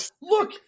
Look